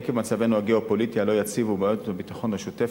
עקב מצבנו הגיאו-פוליטי הלא-יציב ובעיות הביטחון השוטף,